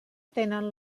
tenen